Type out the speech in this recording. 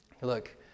Look